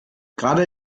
gerade